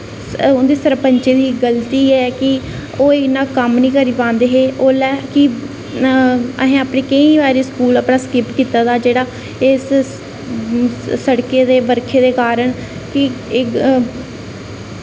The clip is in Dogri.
उं'दी सरपैंचे दी गल्ती ऐ कि ओह् इन्ना कम्म निं करी पांदे हे ओल्लै कि असें अपने केईं बारी अपना स्कूल स्किप कीते दा जेह्ड़ा इस सड़कै दे बरखै दे कारण भी एह्